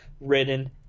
written